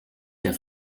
der